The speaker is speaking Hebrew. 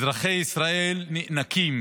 אזרחי ישראל נאנקים